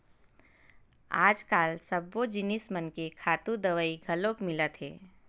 आजकाल सब्बो जिनिस मन के खातू दवई घलोक मिलत हे